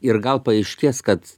ir gal paaiškės kad